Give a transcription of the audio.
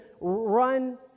run